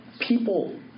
people